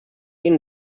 ihnen